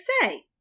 say